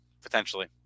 Potentially